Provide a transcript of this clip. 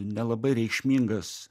nelabai reikšmingas